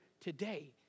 today